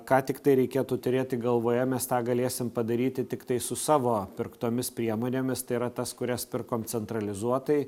ką tiktai reikėtų turėti galvoje mes tą galėsim padaryti tiktai su savo pirktomis priemonėmis tai yra tas kurias pirkom centralizuotai